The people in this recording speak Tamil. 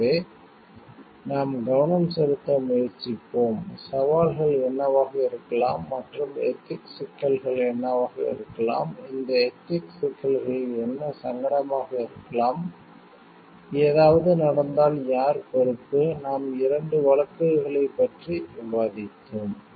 எனவே நாம் கவனம் செலுத்த முயற்சிப்போம் சவால்கள் என்னவாக இருக்கலாம் மற்றும் எதிக்ஸ் சிக்கல்கள் என்னவாக இருக்கலாம் இந்த எதிக்ஸ் சிக்கல்களில் என்ன சங்கடமாக இருக்கலாம் ஏதாவது நடந்தால் யார் பொறுப்பு நாம் இரண்டு வழக்குகளைப் பற்றி விவாதித்தோம்